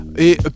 Et